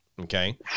Okay